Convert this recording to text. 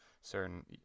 certain